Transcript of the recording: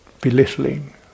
belittling